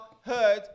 heard